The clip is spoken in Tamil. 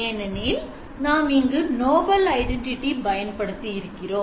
ஏனெனில் நாம் இங்கு நோபல் ஐடென்டிட்டி பயன்படுத்தி இருக்கிறோம்